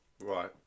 right